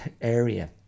area